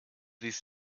these